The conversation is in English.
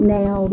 now